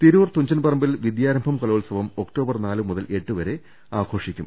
തിരൂർ തുഞ്ചൻപറമ്പിൽ വിദ്യാരംഭം കലോത്സവം ഒക്ടോബർ നാലുമുതൽ എട്ടുവരെ ആഘോഷിക്കും